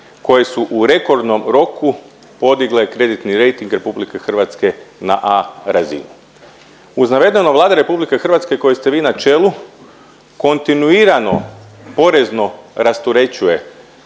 koje su u rekordnom roku podigle kreditni rejting Republike Hrvatske na A razinu. Uz navedeno Vlada Republike Hrvatske kojoj ste vi na čelu kontinuirano porezno rasterećuje